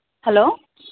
hello